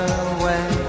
away